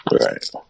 Right